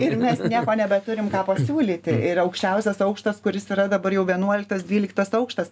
ir mes nieko nebeturim ką pasiūlyti ir aukščiausias aukštas kuris yra dabar jau vienuoliktas dvyliktas aukštas